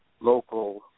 local